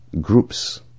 Groups